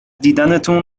دیدنتون